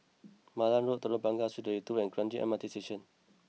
Malan Road Telok Blangah Street Three Two and Kranji M R T Station